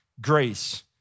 grace